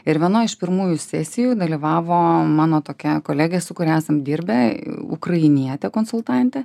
ir vienoj iš pirmųjų sesijų dalyvavo mano tokia kolegė su kuria esam dirbę ukrainietė konsultantė